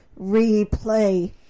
replay